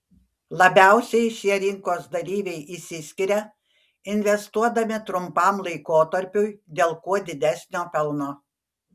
labiausiai šie rinkos dalyviai išsiskiria investuodami trumpam laikotarpiui dėl kuo didesnio pelno